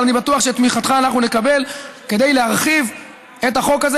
אבל אני בטוח שאת תמיכתך אנחנו נקבל כדי להרחיב את החוק הזה